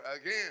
again